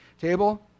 table